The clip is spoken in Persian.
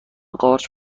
قارچ